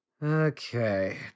Okay